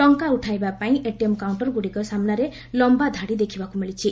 ଟଙ୍କା ଉଠାଇବା ପାଇଁ ଏଟିଏମ୍ କାଉଣ୍ଟରଗୁଡିକ ସାମ୍ବାରେ ଲମ୍ବାଧାଡି ଦେଖିବାକୁ ମିଳିଛି